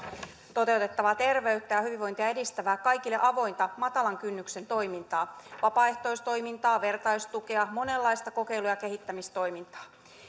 toteutettavaa terveyttä ja hyvinvointia edistävää kaikille avointa matalan kynnyksen toimintaa vapaaehtoistoimintaa vertaistukea monenlaista kokeilu ja kehittämistoimintaa